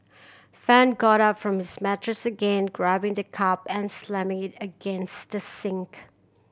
fan got up from his mattress again grabbing the cup and slamming it against the sink